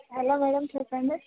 hello madam చెప్పండి